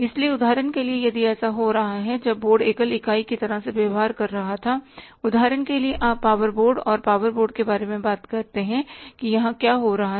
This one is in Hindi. इसलिए उदाहरण के लिए यदि ऐसा हो रहा था जब बोर्ड एकल इकाई कि तरह से व्यवहार कर रहा था उदाहरण के लिए आप पावर बोर्ड और पावर बोर्ड के बारे में बात करते हैं कि यहां क्या हो रहा है